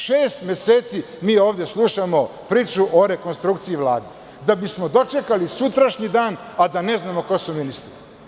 Šest meseci mi ovde slušamo priču o rekonstrukciji Vlade da bismo dočekali sutrašnji dan a da ne znamo ko su ministri.